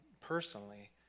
personally